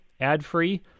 ad-free